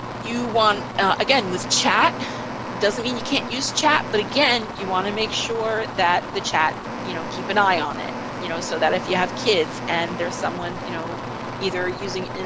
you want, again, with chat doesn't mean you can't use chat, but again you want to make sure that the chat, you know, keep an eye on it, you know so that if you have kids, and there's someone you know either using and